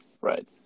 right